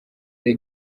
the